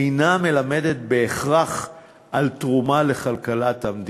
אינה מלמדת בהכרח על תרומה לכלכלת המדינה.